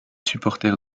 supporters